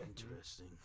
interesting